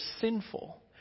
sinful